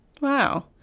wow